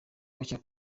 gukeka